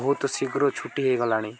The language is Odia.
ବହୁତ ଶୀଘ୍ର ଛୁଟି ହେଇଗଲାଣି